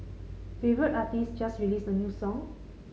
favourite artist just released a new song